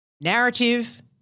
Narrative